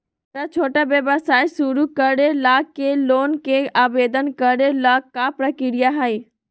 हमरा छोटा व्यवसाय शुरू करे ला के लोन के आवेदन करे ल का प्रक्रिया हई?